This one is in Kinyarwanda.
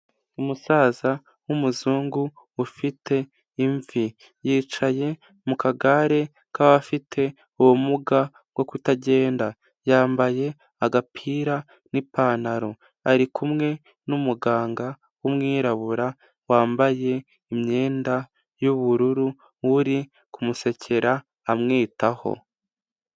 Umusaza w'umuzungu ufite imvi, yicaye mu kagare k'abafite ubumuga bwo kutagenda, yambaye agapira n'ipantaro, ari kumwe n'umuganga w'umwirabura, wambaye imyenda y'ubururu, uri kumusekera amwitaho.